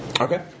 Okay